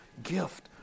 gift